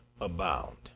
abound